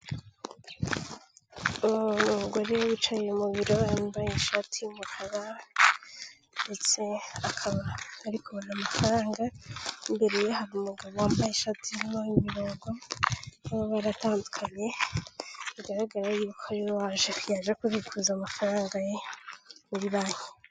Umugore wicaye mu biro, wambaye ishati y'umukara ndetse akaba ari kubara amafaranga, imbere ye hari umugabo wambaye ishati irimo imirongo y'amabara atandukanye, bigaragaraye yuko rero yaje kubikuza amafaranga ye muri banki.